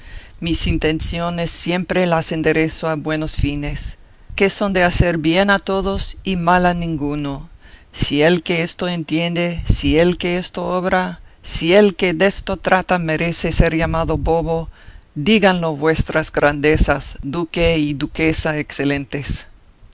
mis intenciones siempre las enderezo a buenos fines que son de hacer bien a todos y mal a ninguno si el que esto entiende si el que esto obra si el que desto trata merece ser llamado bobo díganlo vuestras grandezas duque y duquesa excelentes